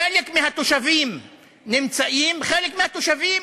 חלק מהתושבים נמצאים, חלק מהתושבים